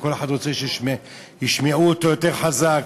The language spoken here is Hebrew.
וכל אחד רוצה שישמעו אותו יותר חזק,